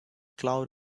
cloud